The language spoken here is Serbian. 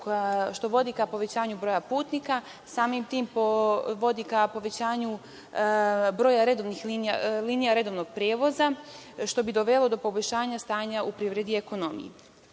što vodi ka povećanju broja putnika, samim tim vodi ka povećanju broja linija redovnog prevoza, što bi dovelo do poboljšanja stanja u privredi i ekonomiji. Evidentno